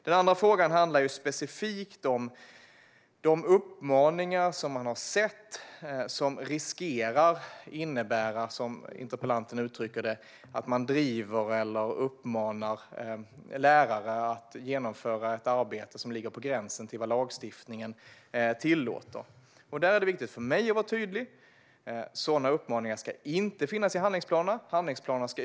Den andra frågan handlar specifikt om de uppmaningar man har sett som riskerar att innebära att man, som interpellanten uttrycker det, driver eller uppmanar lärare att genomföra ett arbete som ligger på gränsen till vad lagstiftningen tillåter. Där är det viktigt för mig att vara tydlig. Sådana uppmaningar ska inte finnas i handlingsplanerna.